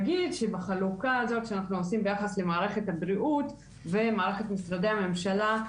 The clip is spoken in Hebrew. בחלוקה הזאת שאנחנו עושים ביחס למערכת הבריאות ומערכת משרדי הממשלה,